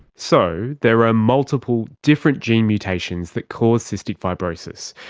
so there are multiple different gene mutations that cause cystic fibrosis.